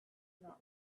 not